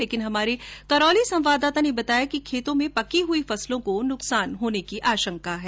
लेकिन हमारे करौली संवाददाता ने बताया कि खेतों में पकी हुई फसलों को नुकसान होने की आशंका है